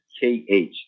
K-H